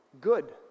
good